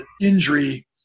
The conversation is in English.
injury